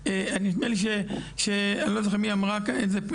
נדמה לי אני לא זוכר מי אמרה את זה?